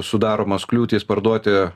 sudaromos kliūtys parduoti